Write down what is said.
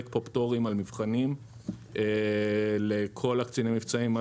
פה פטורים על מבחנים לכל קציני המבצעים.